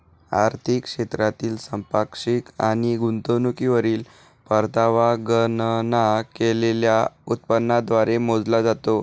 आर्थिक क्षेत्रातील संपार्श्विक आणि गुंतवणुकीवरील परतावा गणना केलेल्या उत्पन्नाद्वारे मोजला जातो